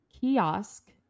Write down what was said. kiosk